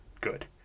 good